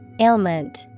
Ailment